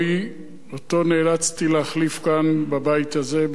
שאותו נאלצתי להחליף כאן בבית הזה בכנסת,